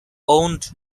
owned